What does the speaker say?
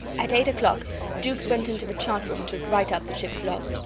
at eight oclock jukes went into the chart-room to write up the ships log.